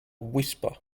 whisper